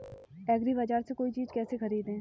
एग्रीबाजार से कोई चीज केसे खरीदें?